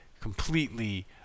completely